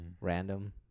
Random